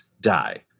die